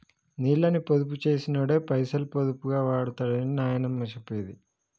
నీళ్ళని పొదుపు చేసినోడే పైసలు పొదుపుగా వాడుతడని నాయనమ్మ చెప్పేది